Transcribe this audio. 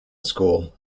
school